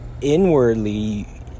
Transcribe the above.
inwardly